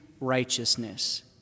righteousness